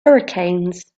hurricanes